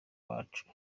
wacu